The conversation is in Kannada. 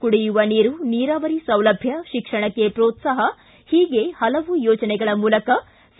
ಕುಡಿಯುವ ನೀರು ನೀರಾವರಿ ಸೌಲಭ್ಯ ಶಿಕ್ಷಣಕ್ಕೆ ಪೋತ್ಲಾಹ ಹೀಗೆ ಹಲವು ಯೋಜನೆಗಳ ಮೂಲಕ ಸಿ